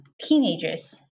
teenagers